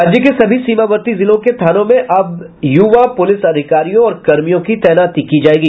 राज्य के सभी सीमावर्ती जिलों के थानों में अब युवा पुलिस अधिकारियों और कर्मियों की तैनाती की जायेगी